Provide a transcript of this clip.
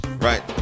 right